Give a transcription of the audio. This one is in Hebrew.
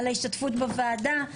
על ההשתתפות בוועדה.